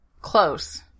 close